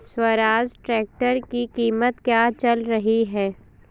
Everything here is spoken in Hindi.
स्वराज ट्रैक्टर की कीमत क्या चल रही है?